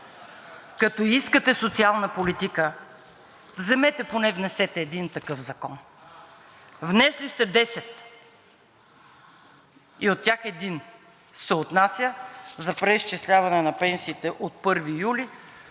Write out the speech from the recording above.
Като искате социална политика, вземете поне внесете един такъв закон. Внесли сте 10 и от тях един се отнася за преизчисляване на пенсиите от 1 юли